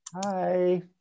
Hi